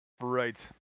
Right